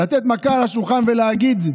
לתת מכה על השולחן ולהגיד: